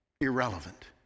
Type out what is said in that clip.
irrelevant